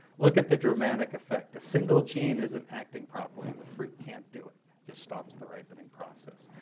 look at the dramatic effect. a single gene isn't acting properly, and the fruit can't do it just stops the ripening process.